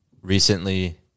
recently